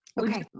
Okay